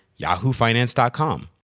yahoofinance.com